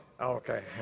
Okay